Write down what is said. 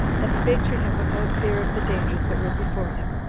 and spake to him without fear of the dangers that were before him,